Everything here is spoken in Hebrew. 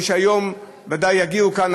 מי שהיום ודאי יגיעו לכאן,